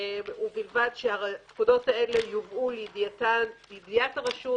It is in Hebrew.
ובלבד שהן יובאו לידיעת הרשות,